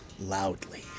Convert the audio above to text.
loudly